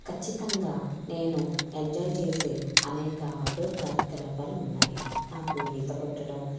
ఖచ్చితంగా నేను ఎంజాయ్ చేసే అనేక అవుట్డోర్ కార్యకలాపాలు ఉన్నాయి నాకు ఈత కొట్టడం